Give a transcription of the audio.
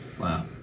wow